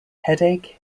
headache